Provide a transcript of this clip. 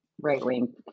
right-wing